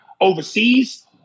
overseas